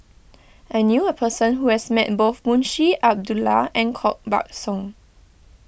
I knew a person who has met both Munshi Abdullah and Koh Buck Song